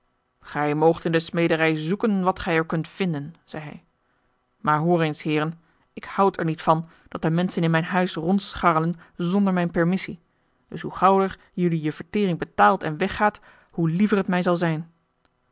gij moogt in de smederij zoeken wat gij er kunt vinden zei hij maar hoor eens heeren ik houd er niet van dat de menschen in mijn huis rondscharrelen zonder mijn permissie dus hoe gauwer jullie je vertering betaalt en weggaat hoe liever het mij zal zijn